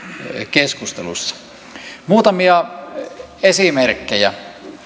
keskustelussa muutamia esimerkkejä